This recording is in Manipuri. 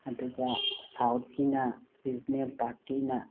ꯑꯗꯨꯒ ꯁꯥꯎꯠꯀꯤꯅ ꯔꯤꯖꯅꯦꯜ ꯄꯥꯔꯇꯤꯅ